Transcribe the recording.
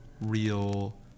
real